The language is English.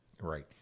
Right